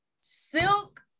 Silk